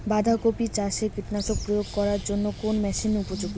বাঁধা কপি চাষে কীটনাশক প্রয়োগ করার জন্য কোন মেশিন উপযোগী?